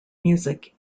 music